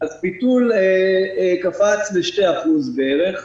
אז ביטול קפץ ל-2% בערך.